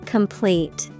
Complete